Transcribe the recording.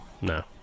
No